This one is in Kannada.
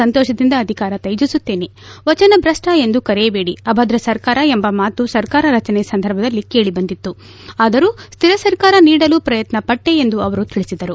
ಸಂತೋಷದಿಂದ ಅಧಿಕಾರ ತ್ಯಜಿಸುತ್ತೇನೆ ವಚನ ವಚನ ಭ್ರಷ್ಟ ಎಂದು ಕರೆಯಬೇಡಿ ಅಭದ್ರ ಸರ್ಕಾರ ಎಂಬ ಮಾತು ಸರ್ಕಾರ ರಚನೆ ಸಂದರ್ಭದಲ್ಲೇ ಕೇಳಿಬಂದಿತು ಆದರೂ ಸ್ವಿರ ಸರ್ಕಾರ ನೀಡಲು ಪ್ರಯತ್ನ ಪಟ್ಟೆ ಎಂದು ಅವರು ತಿಳಿಸಿದರು